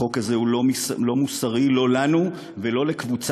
החוק הזה הוא לא מוסרי לא לנו ולא לקבוצת